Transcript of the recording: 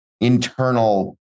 internal